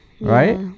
right